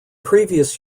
previous